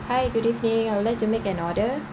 hi good evening I would like to make an order